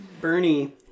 Bernie